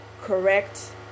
correct